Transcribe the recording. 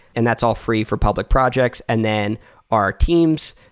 and that's all free for public projects. and then our teams,